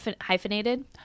hyphenated